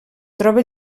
troba